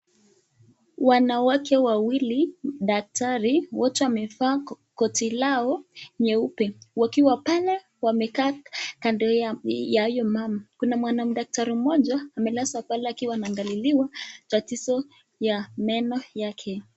Wanawake wawili, daktari, wote wamevaa koti lao nyeupe wakiwa pale wamekaa kando ya hiyo mama. Kuna mwanamme daktari moja amelazwa pale akiwa anaangaliliwa tatizo ya meno yake.